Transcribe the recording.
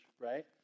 right